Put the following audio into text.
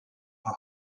how